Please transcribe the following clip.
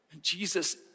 Jesus